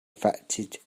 affected